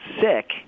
sick